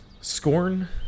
Scorn